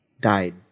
died